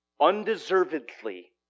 undeservedly